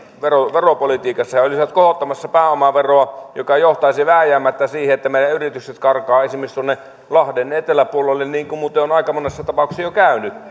veropolitiikassa he olisivat kohottamassa pääomaveroa joka johtaisi vääjäämättä siihen että meidän yritykset karkaavat esimerkiksi tuonne lahden eteläpuolelle niin kuin muuten on aika monessa tapauksessa jo käynyt